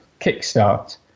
Kickstart